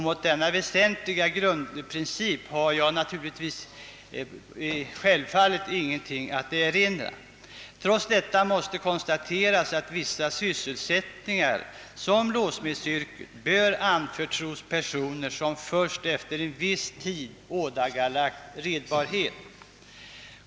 Mot denna väsentliga grundprincip har jag självfallet inget att erinra. Trots detta måste konstateras att vissa sysselsättningar, såsom t.ex. låssmedsyrket, bör anförtros personer som först efter en viss tid ådagalagt redbarhet.